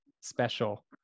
special